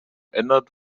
ändert